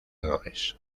errores